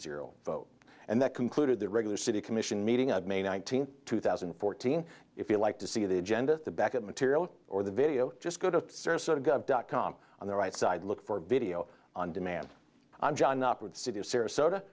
zero vote and that concluded the regular city commission meeting on may nineteenth two thousand and fourteen if you like to see the agenda at the back of material or the video just go to www dot com on the right side look for video on demand